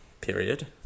Period